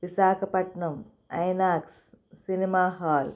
Visakhapatnam INOX cinema hall